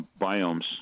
biomes